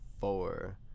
four